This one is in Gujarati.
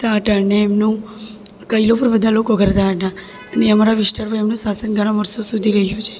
આપતા હતા અને એમનું કહેલું પણ બધા લોકો કરતા હતા અને અમારા વિસ્તારમાં એમનું શાસન ઘણા વર્ષો સુધી રહ્યું છે